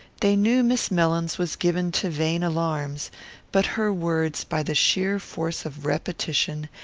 they knew miss mellins was given to vain alarms but her words, by the sheer force of repetition,